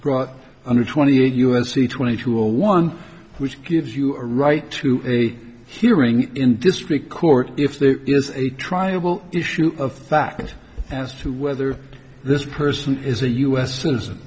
brought under twenty eight u s c twenty two a one which gives you a right to a hearing in district court if there is a trial issue of back and as to whether this person is a u s citizen